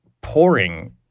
pouring